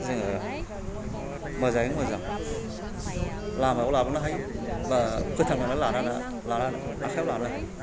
जोङो मोजाङै मोजां लामायाव लाबोनो हायो बा फोथांनानै लानानै लानानै आखायाव लानो हायो